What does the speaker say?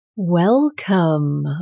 Welcome